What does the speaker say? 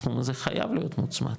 הסכום הזה חייב להיות מוצמד,